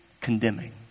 condemning